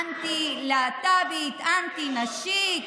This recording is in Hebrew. אנטי-להט"בית, אנטי-נשית,